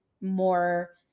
more